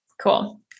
Cool